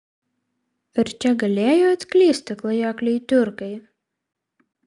ar čia galėjo atklysti klajokliai tiurkai